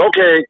Okay